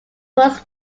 was